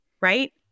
Right